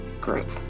group